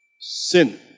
sin